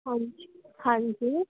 ਹਾਂਜੀ ਹਾਂਜੀ